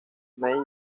neil